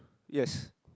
yes